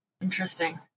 Interesting